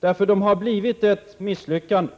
Fonderna har ju blivit ett misslyckande.